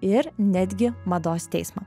ir netgi mados teismą